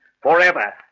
forever